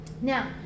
Now